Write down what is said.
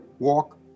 Walk